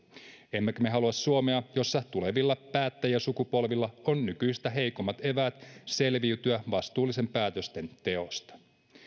emmekä me halua suomea jossa tulevilla päättäjäsukupolvilla on nykyistä heikommat eväät selviytyä vastuullisten päätösten teosta